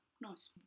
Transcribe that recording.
Nice